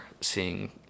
seeing